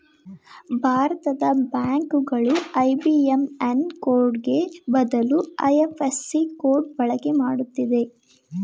ಭಾರತದ ಬ್ಯಾಂಕ್ ಗಳು ಐ.ಬಿ.ಎಂ.ಎನ್ ಕೋಡ್ಗೆ ಬದಲು ಐ.ಎಫ್.ಎಸ್.ಸಿ ಕೋಡ್ ಬಳಕೆ ಮಾಡುತ್ತಿದೆ